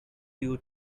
you